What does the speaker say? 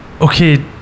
okay